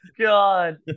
god